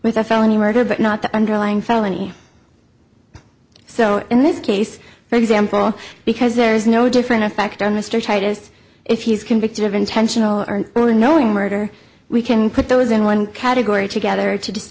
with a felony murder but not the underlying felony so in this case for example because there is no different effect on mr titus if he's convicted of intentional only knowing murder we can put those in one category together to